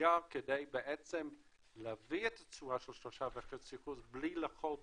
אתגר להביא את התשואה של 3.5% בלי לאכול מהקרן.